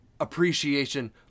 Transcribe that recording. appreciation